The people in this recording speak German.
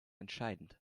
entscheidend